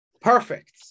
Perfect